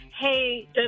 hey